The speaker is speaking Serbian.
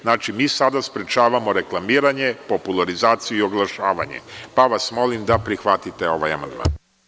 Znači, mi sada sprečavamo reklamiranje, popularizaciju i oglašavanje, pa vas molim da prihvatite ovaj amandman.